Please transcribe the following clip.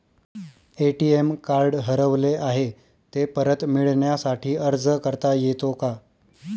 ATM card हरवले आहे, ते परत मिळण्यासाठी अर्ज करता येतो का?